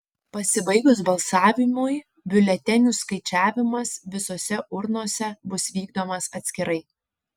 pasibaigus balsavimui biuletenių skaičiavimas visose urnose bus vykdomas atskirai